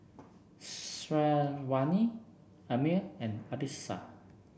Syazwani Ammir and Arissa